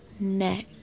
neck